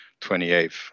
28th